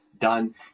done